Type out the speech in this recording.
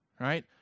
Right